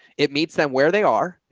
it meets them where they are.